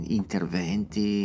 interventi